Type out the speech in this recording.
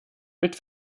mit